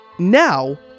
Now